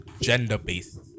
gender-based